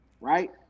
right